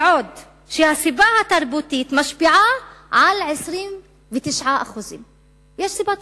בעוד שהסיבה התרבותית משפיעה על 29%. יש סיבה תרבותית,